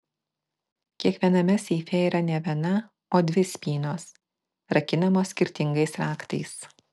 kiekviename seife yra ne viena o dvi spynos rakinamos skirtingais raktais